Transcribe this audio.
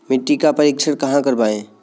मिट्टी का परीक्षण कहाँ करवाएँ?